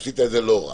עשית את זה לא רע.